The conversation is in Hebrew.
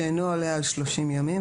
שאינו עולה על 30 ימים,